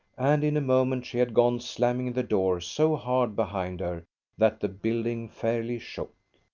and in a moment she had gone, slamming the door so hard behind her that the building fairly shook.